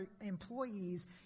employees